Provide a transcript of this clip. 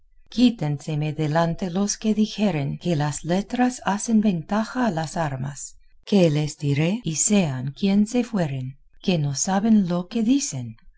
sujeto quítenseme delante los que dijeren que las letras hacen ventaja a las armas que les diré y sean quien se fueren que no saben lo que dicen